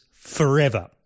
forever